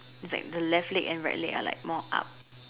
is like the left leg and right leg are like more up